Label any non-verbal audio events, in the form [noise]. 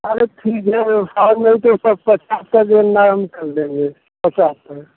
अरे ठीक है साहब वो तो [unintelligible] करना है हम कर देंगे पचास पर